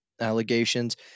allegations